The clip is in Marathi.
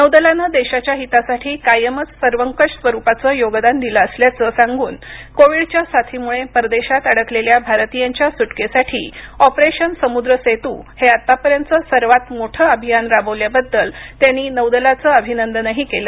नौदलानं देशाच्या हितासाठी कायमच सर्वकष स्वरुपाचं योगदान दिलं असल्याचं सांगून कोविडच्या साथीमुळे परदेशात अडकलेल्या भारतीयांच्या सुटकेसाठी ऑपरेशन समुद्रसेतू हे आतापर्यंतचं सर्वात मोठं अभियान राबवल्याबद्दल त्यांनी नौदलाचं अभिनंदनही केलं